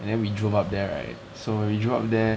and then we drove up there right so when we drove up there